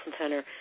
Center